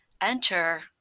enter